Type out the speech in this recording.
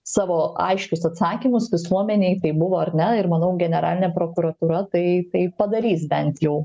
savo aiškius atsakymus visuomenei tai buvo ar ne ir manau generalinė prokuratūra tai tai padarys bent jau